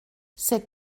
c’est